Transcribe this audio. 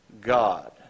God